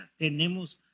tenemos